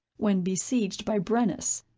when besieged by brennus.